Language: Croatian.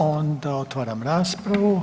Onda otvaram raspravu.